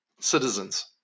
citizens